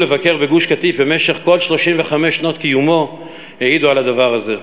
לבקר בגוש-קטיף במשך כל 35 שנות קיומו העידו על הדבר הזה.